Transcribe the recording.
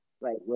Right